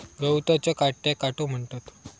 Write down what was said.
गवताच्या काट्याक काटो म्हणतत